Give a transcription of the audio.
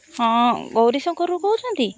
ହଁ ଗୌରୀଶଙ୍କରରୁ କହୁଛନ୍ତି